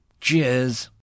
Cheers